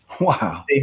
Wow